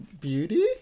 Beauty